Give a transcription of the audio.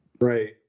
Right